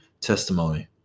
testimony